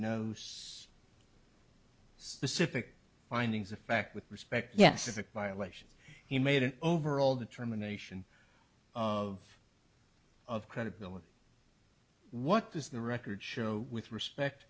no specific findings of fact with respect yes is a violation he made an overall determination of of credibility what does the record show with respect